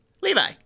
Levi